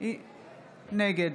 נגד